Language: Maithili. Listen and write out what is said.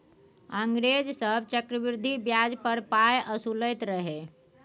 अंग्रेज सभ चक्रवृद्धि ब्याज पर पाय असुलैत रहय